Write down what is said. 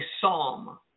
psalm